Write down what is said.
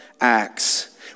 Acts